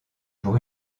pour